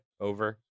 over